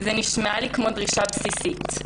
זו נשמעה לי כמו דרישה בסיסית.